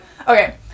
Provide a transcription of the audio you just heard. Okay